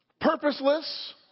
purposeless